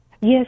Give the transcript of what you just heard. Yes